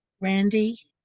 Randy